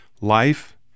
life